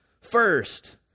First